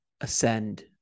ascend